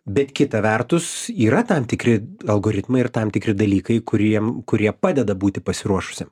bet kita vertus yra tam tikri algoritmai ir tam tikri dalykai kuriem kurie padeda būti pasiruošusiem